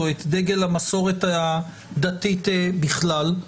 או את דגל המסורת הדתית בכלל,